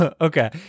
Okay